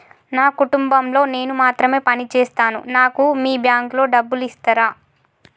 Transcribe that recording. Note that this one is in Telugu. నా కుటుంబం లో నేను మాత్రమే పని చేస్తాను నాకు మీ బ్యాంకు లో డబ్బులు ఇస్తరా?